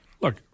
Look